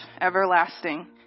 everlasting